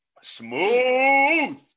Smooth